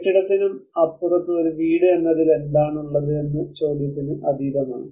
കെട്ടിടത്തിനും അപ്പുത്ത് ഒരു വീട് എന്നതിൽ എന്താണുള്ളത് എന്നത് ചോദ്യത്തിന് അതീതമാണ്